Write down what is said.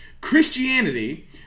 Christianity